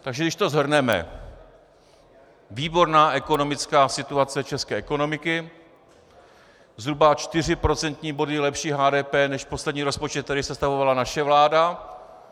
Takže když to shrneme: výborná ekonomická situace české ekonomiky, zhruba 4 procentní body lepší HDP než poslední rozpočet, který sestavovala naše vláda.